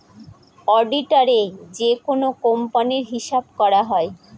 অডিটারে যেকোনো কোম্পানির হিসাব করা হয়